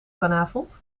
vanavond